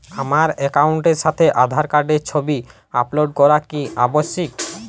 আমার অ্যাকাউন্টের সাথে আধার কার্ডের ছবি আপলোড করা কি আবশ্যিক?